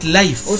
life